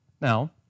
Now